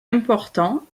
important